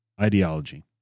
Ideology